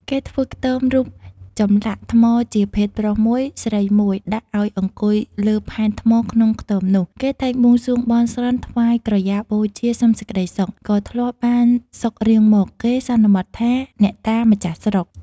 គេធ្វើខ្ទមរូបចំលាក់ថ្មជាភេទប្រុសមួយ ស្រីមួយ ដាក់អោយអង្គុយលើផែនថ្មក្នុងខ្ទមនោះ គេតែងបួងសួងបន់ស្រន់ ថ្វាយក្រយ៉ាបូជាសុំសេចក្ដីសុខ ក៏ធ្លាប់បាន សុខរៀងមក គេសន្មត់ថាអ្នកតាម្ចាស់ស្រុក។